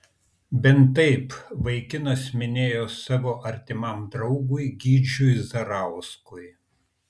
bent taip vaikinas minėjo savo artimam draugui gyčiui zarauskui